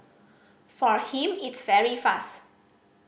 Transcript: for him it's very fast